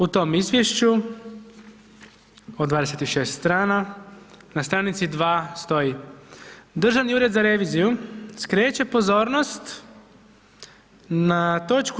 U tom izvješću od 26 strana, na str. 2. stoji, Državni ured za reviziju skreće pozornost na toč.